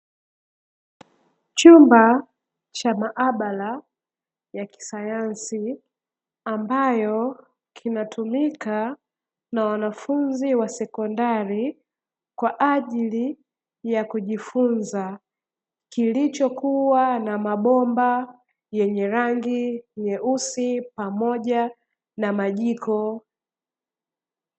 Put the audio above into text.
Chumba cha maabara ya kisayansi, ambayo kinatumika na wanafunzi wa sekondari kwa ajili ya kujifunza, kilichokuwa na mabomba yenye rangi nyeusi pamoja na majiko.